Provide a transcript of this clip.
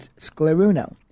scleruno